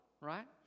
right